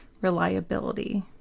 reliability